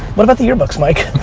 what about the yearbooks, mike?